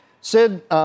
Sid